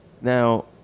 Now